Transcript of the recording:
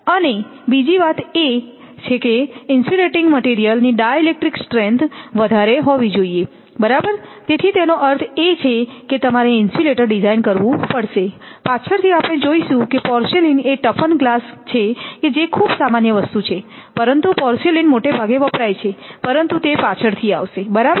અને બીજી વાત એ છે કે ઇન્સ્યુલેટીંગ મટિરિયલ્સ ની ડાઇલેક્ટ્રિક સ્ટ્રેન્થ વધારે હોવી જોઈએ બરાબર તેથી તેનો અર્થ એ છે કે તમારે ઇન્સ્યુલેટર ડિઝાઇન કરવું પડશે પાછળથી આપ ણે જોઈશું કે પોર્સેલેઇન એ ટફન ગ્લાસ છે કે જે ખૂબ સામાન્ય વસ્તુ છે પરંતુ પોર્સેલેઇન મોટાભાગે વપરાય છે પરંતુ તે પાછળથી આવશે બરાબર